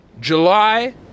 July